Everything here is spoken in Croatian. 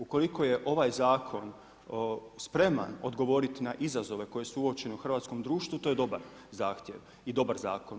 Ukoliko je ovaj zakon spreman odgovorit na izazove koji su uočeni u hrvatskom društvu, to je dobar zahtjevi dobar zakon.